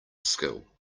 skill